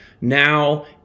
Now